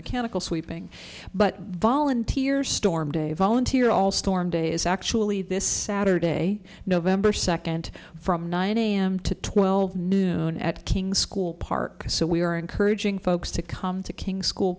mechanical sweeping but volunteer storm day volunteer all storm days actually this saturday november second from nine am to twelve noon at king's school park so we are encouraging folks to come to kings school